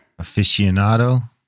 aficionado